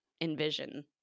envision